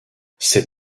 cet